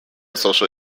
social